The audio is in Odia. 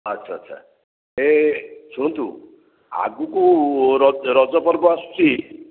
ଆଚ୍ଛା ଆଚ୍ଛା ଏ ଶୁଣନ୍ତୁ ଆଗକୁ ରଜ ରଜ ପର୍ବ ଆସୁଛି